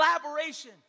collaboration